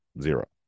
zero